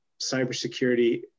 cybersecurity